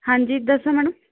ਹਾਂਜੀ ਦੱਸੋ ਮੈਡਮ